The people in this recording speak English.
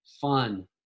fun